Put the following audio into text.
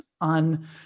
on